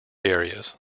areas